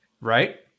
right